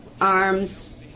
arms